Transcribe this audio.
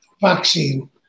vaccine